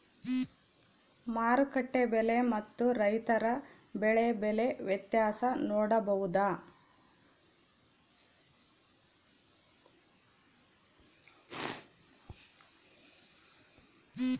ಮಾರುಕಟ್ಟೆ ಬೆಲೆ ಮತ್ತು ರೈತರ ಬೆಳೆ ಬೆಲೆ ವ್ಯತ್ಯಾಸ ನೋಡಬಹುದಾ?